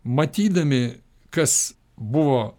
matydami kas buvo